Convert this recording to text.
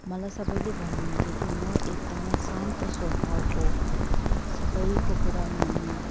मलाई सबैले भन्नुहुन्थ्यो कि म एकदमै शान्त स्वभावको सबैको कुरा मान्ने